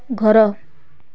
ଘର